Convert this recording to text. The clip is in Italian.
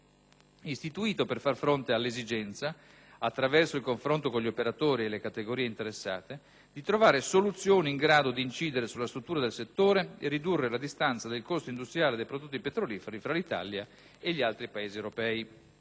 istituito per far fronte all'esigenza, attraverso il confronto con gli operatori e le categorie interessate, di trovare soluzioni in grado di incidere sulla struttura del settore e ridurre la distanza del costo industriale dei prodotti petroliferi tra l'Italia e gli altri Paesi europei.